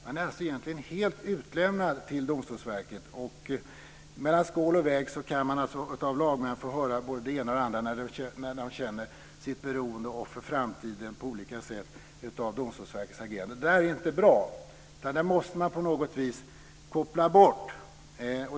Man är alltså egentligen helt utlämnad till Domstolsverket, och mellan skål och vägg kan man av lagmän få höra både det ena och det andra när de på olika sätt känner sitt beroende inför framtiden av Domstolsverkets agerande. Och det är inte bra. Det måste man på något vis koppla bort.